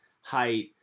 height